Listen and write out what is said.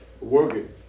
working